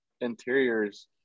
interiors